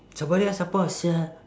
sabariah siapa sia